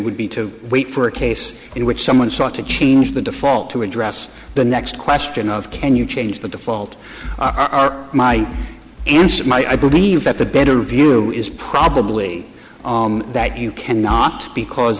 would be to wait for a case in which someone sought to change the default to address the next question of can you change the default are my answer my i believe that the better view is probably that you cannot because